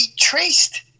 traced